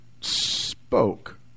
spoke